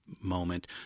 moment